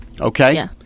okay